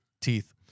teeth